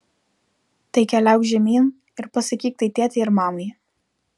tai keliauk žemyn ir pasakyk tai tėtei ir mamai